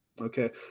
okay